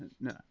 No